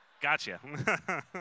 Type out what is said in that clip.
Gotcha